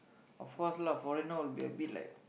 of course lah foreigner would be a bit like